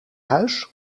huis